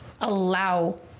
allow